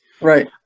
Right